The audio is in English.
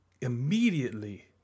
immediately